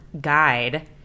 guide